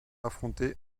affronter